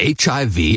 HIV